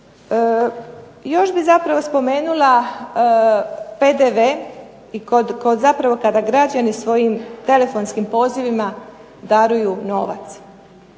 Još bih zapravo spomenula PDV, kada građani svojim telefonskim pozivima daruju novac.